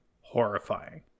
horrifying